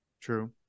True